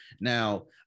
now